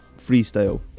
freestyle